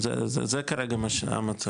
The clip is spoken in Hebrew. זה כרגע המצב.